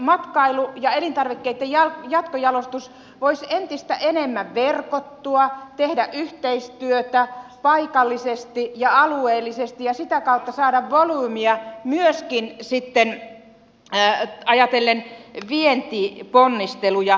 matkailu ja elintarvikkeitten jatkojalostus voisivat entistä enemmän verkottua tehdä yhteistyötä paikallisesti ja alueellisesti ja sitä kautta saada volyymia myöskin sitten ajatellen vientiponnisteluja